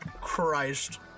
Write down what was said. Christ